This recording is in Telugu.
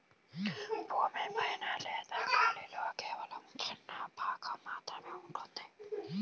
భూమి పైన లేదా గాలిలో కేవలం చిన్న భాగం మాత్రమే ఉంటుంది